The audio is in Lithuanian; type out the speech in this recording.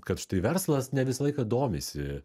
kad štai verslas ne visą laiką domisi